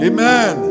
Amen